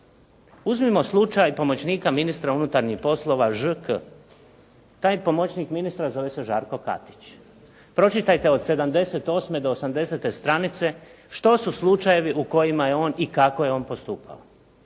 Uzmimo slučaj pomoćnika ministra unutarnjih poslova, Ž.K. Taj pomoćnik ministra zove se Žarko Katić. Pročitajte od 78. do 80. stranice što su slučajevi u kojima je on i kako je on postupao,